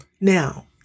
Now